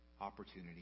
opportunity